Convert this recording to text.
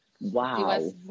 wow